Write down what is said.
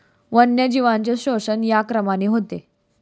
वन्यजीवांचे शोषण या क्रमाने होते